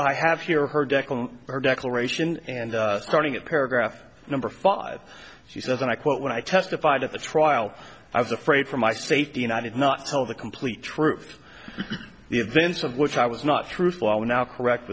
i have here her dechen declaration and starting at paragraph number five she says and i quote when i testified at the trial i was afraid for my safety and i did not tell the complete truth the events of which i was not truthful are we now correct